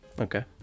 Okay